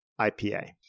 IPA